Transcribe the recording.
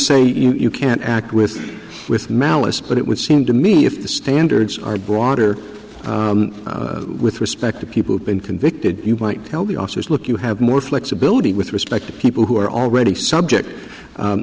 say you can't act with with malice but it would seem to me if the standards are broader with respect to people who've been convicted you might well be officers look you have more flexibility with respect to people who are already subject